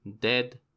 Dead